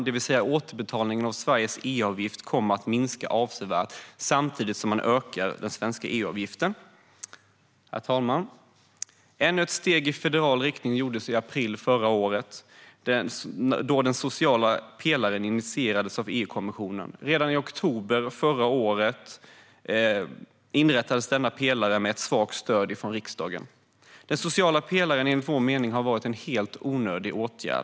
Det betyder att återbetalningen av Sveriges EU-avgift kommer att minska avsevärt samtidigt som den svenska EU-avgiften ökar. Herr talman! Ännu ett steg i federal riktning togs i april förra året då den sociala pelaren initierades av EU-kommissionen. Redan i oktober förra året inrättades denna pelare med ett svagt stöd från riksdagen. Den sociala pelaren är enligt vår mening en helt onödig åtgärd.